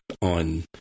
on